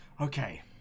Okay